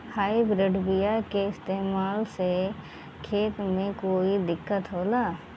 Hybrid बीया के इस्तेमाल से खेत में कौन दिकत होलाऽ?